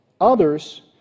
Others